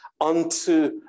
unto